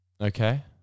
Okay